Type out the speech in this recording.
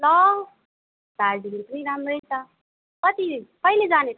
ला दार्जिलिङ पनि राम्रै छ कति कहिले जाने त